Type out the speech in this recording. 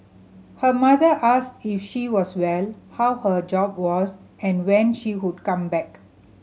her mother asked if she was well how her job was and when she would come back